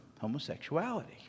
homosexuality